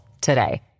today